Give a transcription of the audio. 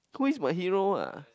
who is my hero ah